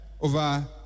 over